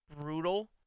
brutal